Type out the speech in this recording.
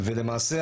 ולמעשה,